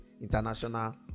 international